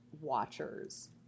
watchers